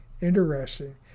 interesting